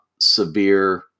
severe